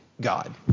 God